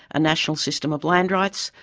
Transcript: a national system of land rights,